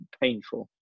painful